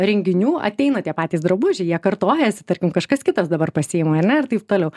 renginių ateina tie patys drabužiai jie kartojasi tarkim kažkas kitas dabar pasiima ar ne ir taip toliau